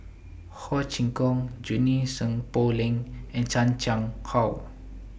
Ho Chee Kong Junie Sng Poh Leng and Chan Chang How